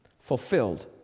fulfilled